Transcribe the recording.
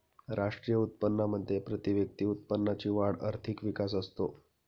राष्ट्रीय उत्पन्नामध्ये प्रतिव्यक्ती उत्पन्नाची वाढ आर्थिक विकास असतो